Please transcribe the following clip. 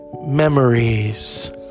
Memories